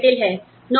नौकरी जटिल है